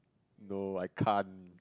no I can't